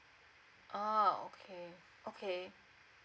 oh okay okay